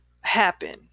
happen